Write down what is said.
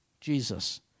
Jesus